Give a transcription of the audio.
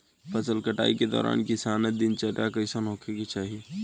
फसल कटाई के दौरान किसान क दिनचर्या कईसन होखे के चाही?